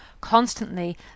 constantly